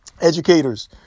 educators